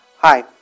Hi